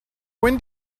when